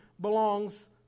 belongs